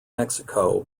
mexico